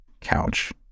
Couch